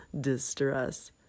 distress